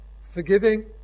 Forgiving